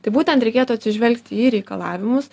tai būtent reikėtų atsižvelgti į reikalavimus